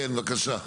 כן, בבקשה.